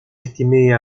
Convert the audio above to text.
estimée